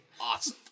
Awesome